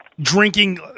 drinking